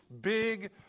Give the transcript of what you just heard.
big